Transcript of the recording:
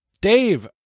Dave